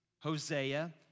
Hosea